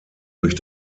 durch